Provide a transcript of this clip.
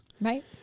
right